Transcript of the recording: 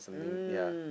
mm